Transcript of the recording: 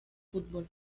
fútbol